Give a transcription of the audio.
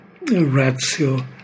ratio